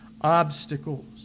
obstacles